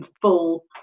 full